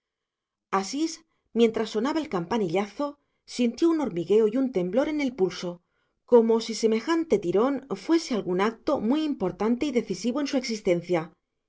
falta asís mientras sonaba el campanillazo sintió un hormigueo y un temblor en el pulso como si semejante tirón fuese algún acto muy importante y decisivo en su existencia